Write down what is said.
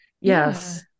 yes